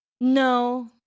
no